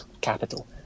capital